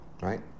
right